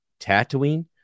Tatooine